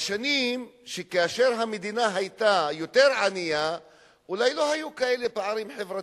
בשנים שהמדינה היתה יותר ענייה אולי לא היו כאלה פערים חברתיים,